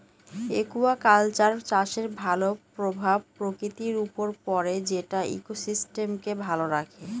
aquaculture চাষের ভালো প্রভাব প্রকৃতির উপর পড়ে যেটা ইকোসিস্টেমকে ভালো রাখে